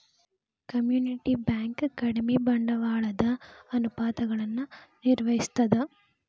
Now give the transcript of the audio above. community bank ಕಡಿಮಿ ಬಂಡವಾಳದ ಅನುಪಾತಗಳನ್ನ ನಿರ್ವಹಿಸ್ತದ